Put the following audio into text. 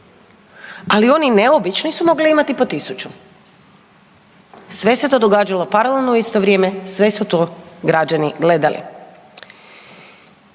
ali oni ne obični su mogli imat po 1000. Sve se to događalo paralelno i u isto vrijeme, sve su to građani gledali.